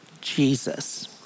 Jesus